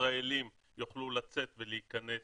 ישראלים יוכלו לצאת ולהיכנס